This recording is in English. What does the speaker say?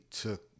took